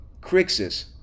Crixus